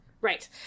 Right